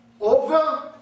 over